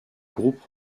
groupe